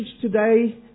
today